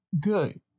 good